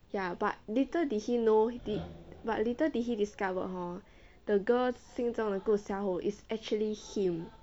ya but little did he know did but little did he discovered hor the girls 心中的顾小五 is actually him